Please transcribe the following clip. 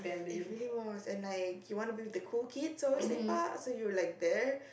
it really was and like you wanted to be with like the cool kids always lepak so you were like there